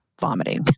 vomiting